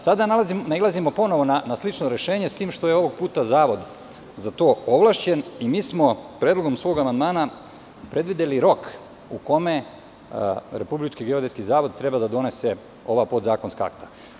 Sada nailazimo ponovo na slično rešenje, s tim što je ovog puta zavod za to ovlašćen i mi smo predlogom svog amandmana predvideli rok u kome Republički geodetski zavod treba da donese ova podzakonska akta.